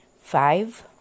five